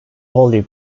holy